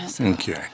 Okay